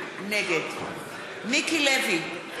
נגד מיקי לוי,